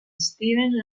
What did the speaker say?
stevens